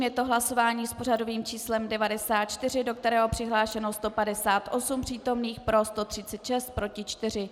Je to hlasování s pořadovým číslem 94, do kterého je přihlášeno 158 přítomných, pro 136, proti 4.